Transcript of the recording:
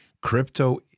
crypto